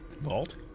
vault